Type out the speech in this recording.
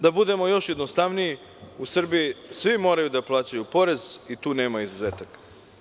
Da budemo još jednostavniji, u Srbiji svi moraju da plaćaju porez i tu nema izuzetaka.